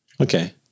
Okay